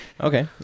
Okay